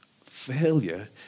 failure